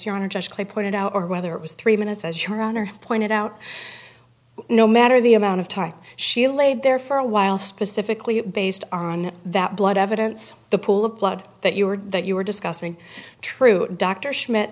energetically put it out or whether it was three minutes as your honor pointed out no matter the amount of time she laid there for awhile specifically based on that blood evidence the pool of blood that you were that you were discussing true dr schmidt